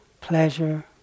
pleasure